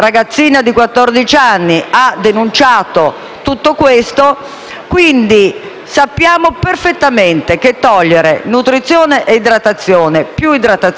anni. Sappiamo perfettamente che togliere nutrizione e idratazione - più idratazione, direi, che nutrizione - porta la persona a morte certa.